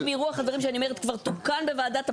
מרוח הדברים שאני אומרת כבר תוקן בוועדת הפנים.